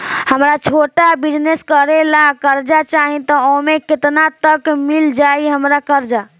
हमरा छोटा बिजनेस करे ला कर्जा चाहि त ओमे केतना तक मिल जायी हमरा कर्जा?